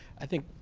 i think,